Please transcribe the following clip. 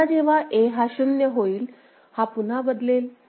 पुन्हा जेव्हा A हा शून्य होईल हा पुन्हा बदलेल